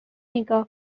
نیگا